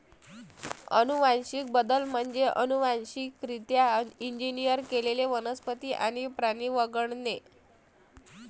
अनुवांशिक बदल म्हणजे अनुवांशिकरित्या इंजिनियर केलेले वनस्पती आणि प्राणी वगळणे